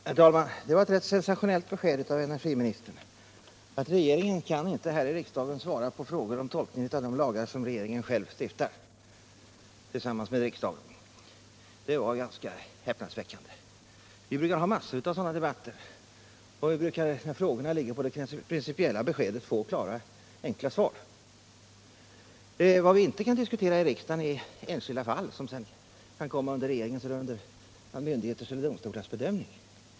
Herr talman! Det var ett rätt sensationellt besked av energiministern att regeringen inte här i riksdagen kan svara när det gäller tolkningen av de lagar som regeringen själv stiftar tillsammans med riksdagen. Det var ganska häpnadsväckande. Vi brukar ofta ha sådana debatter, och vi brukar när frågorna ligger på det principiella planet få klara och enkla svar. Vad vi inte kan diskutera i riksdagen är enskilda fall, som senare kan komma under regeringens, myndigheters eller domstolars bedömning.